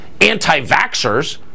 anti-vaxxers